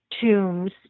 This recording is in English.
Tombs